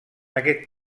aquest